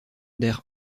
der